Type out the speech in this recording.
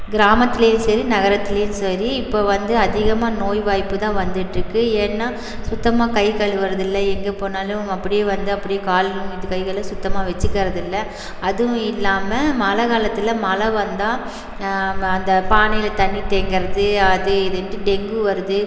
கிராமத்திலையும் சரி நகரத்திலையும் சரி இப்போ வந்து அதிகமாக நோய்வாய்ப்பு தான் வந்துகிட்ருக்கு ஏன்னா சுத்தமாக கை கழுவுகிறது இல்லை எங்கே போனாலும் அப்படியே வந்து அப்படியே காலும் இது கைகளை சுத்தமாக வச்சிக்கிறது இல்லை அதுவும் இல்லாமல் மழை காலத்தில் மழை வந்தால் அந்த பானையில தண்ணி தேங்குறது அது இதுன்ட்டு டெங்கு வருது